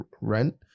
rent